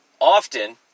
often